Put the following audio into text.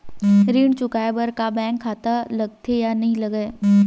ऋण चुकाए बार बैंक खाता लगथे या नहीं लगाए?